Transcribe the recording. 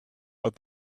but